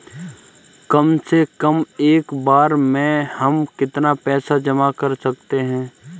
कम से कम एक बार में हम कितना पैसा जमा कर सकते हैं?